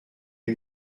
est